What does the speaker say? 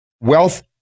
wealth